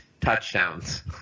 touchdowns